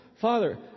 Father